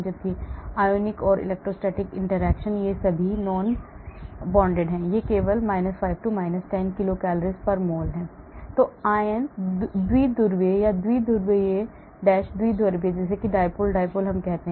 जबकि ionic or electrostatic interactions ये सभी non bonded हैं यह केवल 5 to 10 kilocalsmol आयन द्विध्रुव या द्विध्रुवीय द्विध्रुवीय 1 to 7 है